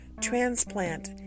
transplant